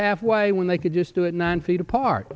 halfway when they could just do it nine feet apart